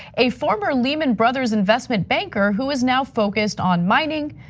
a former lehman brothers investment banker who is now focused on mining,